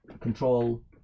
control